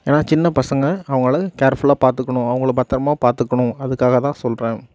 ஏன்னா சின்ன பசங்க அவங்களை கேர் ஃபுல்லாக பார்த்துக்கனும் அவங்களை பத்திரமாக பார்த்துக்கனும் அதுக்காக தான் சொல்கிறன்